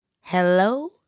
Hello